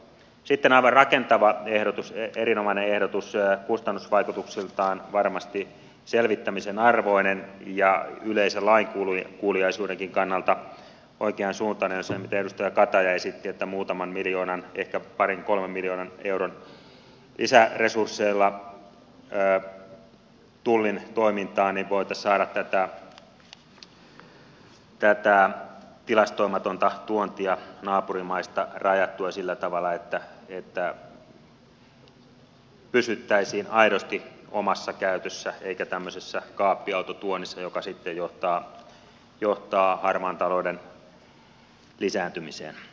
sitten aivan rakentava ehdotus erinomainen ehdotus kustannusvaikutuksiltaan varmasti selvittämisen arvoinen ja yleisen lainkuuliaisuudenkin kannalta oikeansuuntainen oli se mitä edustaja kataja esitti että muutaman miljoonan ehkä parin kolmen miljoonan euron lisäresursseilla tullin toimintaan voitaisiin saada tätä tilastoimatonta tuontia naapurimaista rajattua sillä tavalla että pysyttäisiin aidosti omassa käytössä eikä tämmöisessä kaappiautotuonnissa joka sitten johtaa harmaan talouden lisääntymiseen